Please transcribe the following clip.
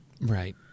Right